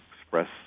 Express